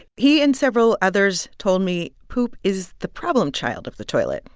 he and several others told me poop is the problem child of the toilet.